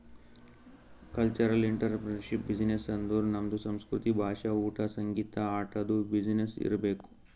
cultural entrepreneurship business ಅಂದುರ್ ನಮ್ದು ಸಂಸ್ಕೃತಿ, ಭಾಷಾ, ಊಟಾ, ಸಂಗೀತ, ಆಟದು ಬಿಸಿನ್ನೆಸ್ ಇರ್ಬೇಕ್